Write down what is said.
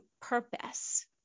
purpose